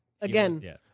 Again